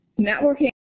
networking